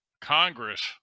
Congress